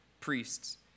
Priests